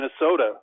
Minnesota